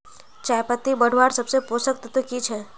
चयपत्ति बढ़वार सबसे पोषक तत्व की छे?